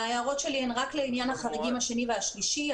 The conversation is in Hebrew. ההערות שלי הן רק לעניין החריגים, השני והשלישי.